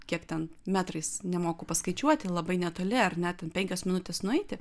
kiek ten metrais nemoku paskaičiuoti labai netoli ar ne ten penkios minutės nueiti